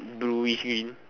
bluish green